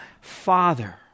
Father